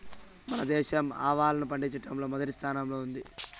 మన దేశం ఆవాలను పండిచటంలో మొదటి స్థానం లో ఉంది